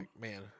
man